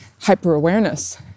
hyper-awareness